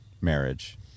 marriage